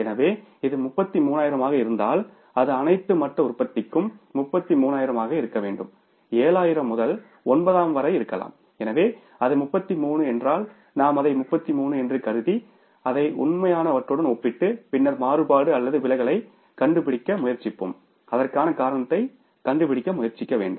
எனவே இது 33000 ஆக இருந்தால் அது அனைத்து மட்ட உற்பத்திக்கும் 33000 ஆக இருக்க வேண்டும் 7000 முதல் 9000 வரை இருக்கலாம் எனவே அது 33 என்றால் நாம் அதை 33 என்று கருதி அதை உண்மையானவற்றுடன் ஒப்பிட்டு பின்னர் மாறுபாடு அல்லது விலகலைக் கண்டுபிடிக்க முயற்சிப்போம் அதற்கான காரணத்தைக் கண்டுபிடிக்க முயற்சிக்கவும்